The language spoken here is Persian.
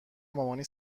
مامانی